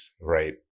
right